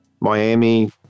Miami